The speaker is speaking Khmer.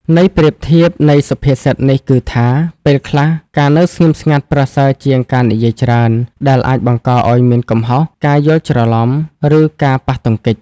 ន័យប្រៀបធៀបនៃសុភាសិតនេះគឺថា ពេលខ្លះ ការនៅស្ងៀមស្ងាត់ប្រសើរជាងការនិយាយច្រើន ដែលអាចបង្កឱ្យមានកំហុស ការយល់ច្រឡំ ឬការប៉ះទង្គិច។